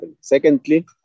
Secondly